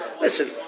listen